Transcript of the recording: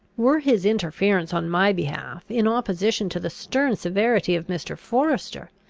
were his interference on my behalf in opposition to the stern severity of mr. forester,